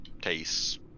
taste